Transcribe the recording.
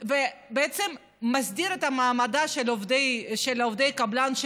ובעצם מסדיר את מעמדם של עובדי קבלן,